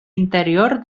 interior